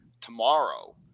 tomorrow